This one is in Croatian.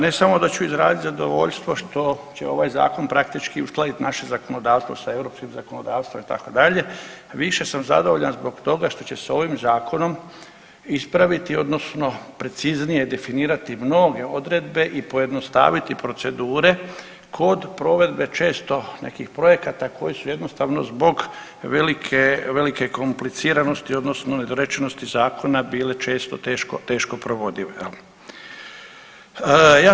Ne samo da ću izraziti zadovoljstvo što će ovaj Zakon praktički uskladit naše zakonodavstvo sa Europskim zakonodavstvom itd. više sam zadovoljan zbog toga što će se ovim zakonom ispraviti odnosno preciznije definirati mnoge odredbe i pojednostaviti procedure kod provedbe često nekih projekata koji su jednostavno zbog velike velike kompliciranosti odnosno nedorečenosti Zakona bile često teško teško provodljive jel.